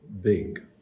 big